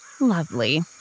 Lovely